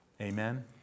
Amen